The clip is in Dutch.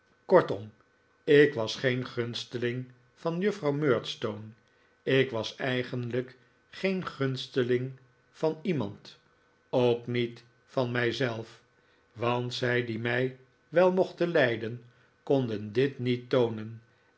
kortom ik was geen gunsteling van juffrouw murdstone ik was eigenlijk geen gunsteling van iemand ook niet van mijzelf want zij die mij wel mochten lijden konden dit niet toonen